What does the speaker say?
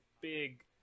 big